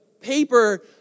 paper